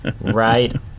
Right